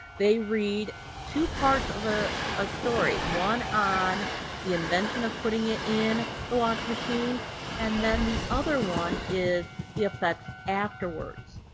they read two parts of a ah story. one on the invention of putting it in the washing machine and then the other one is the effects afterwards.